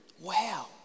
wow